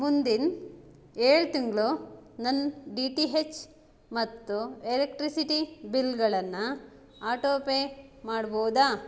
ಮುಂದಿನ ಏಳು ತಿಂಗಳು ನನ್ನ ಡಿ ಟಿ ಎಚ್ ಮತ್ತು ಎಲೆಕ್ಟ್ರಿಸಿಟಿ ಬಿಲ್ಗಳನ್ನು ಆಟೋಪೇ ಮಾಡ್ಬೋದಾ